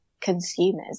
consumers